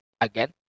again